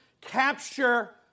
capture